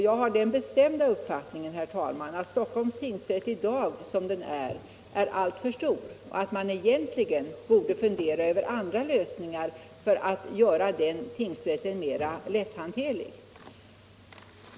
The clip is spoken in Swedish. Jag har den bestämda uppfattningen, herr talman, att Stockholms tingsrätt som den är i dag är alltför stor, och att man egentligen borde fundera över andra lösningar för att göra den tingsrätten mer lätthanterlig.